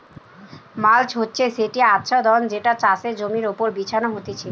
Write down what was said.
mulch হচ্ছে সেটি আচ্ছাদন যেটা চাষের জমির ওপর বিছানো হতিছে